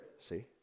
See